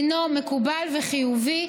הינו מקובל וחיובי,